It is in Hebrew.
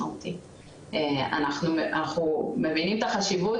את הספרות כדי להבין חד-חד-משמעית את היעילות של החיסון,